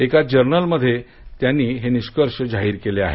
एका जर्नल मध्ये त्यांनी हे निष्कर्ष जाहीर केले आहेत